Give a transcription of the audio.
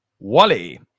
Wally